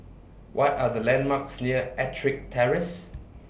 What Are The landmarks near Ettrick Terrace